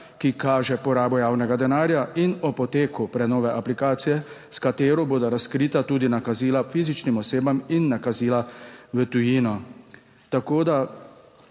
ki kaže porabo javnega denarja, in o poteku prenove aplikacije, s katero bodo razkrita tudi nakazila fizičnim osebam in nakazila v tujino.